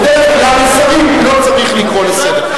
בדרך כלל שרים לא צריך לקרוא לסדר.